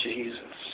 Jesus